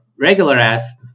regular-ass